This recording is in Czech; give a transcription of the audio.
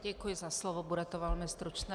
Děkuji za slovo, bude to velmi stručné.